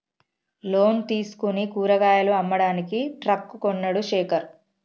loan తీసుకుని కూరగాయలు అమ్మడానికి ట్రక్ కొన్నడు శేఖర్